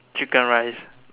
chicken rice